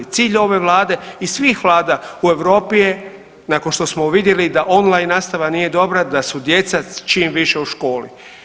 Cilj ove vlade i svih vlada u Europi je nakon što smo vidjeli online nastava nije dobra da su djeca čim više u školi.